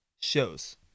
shows